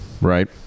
right